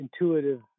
intuitive